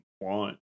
want